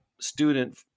student